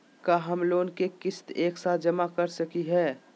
का हम लोन के किस्त एक साथ जमा कर सकली हे?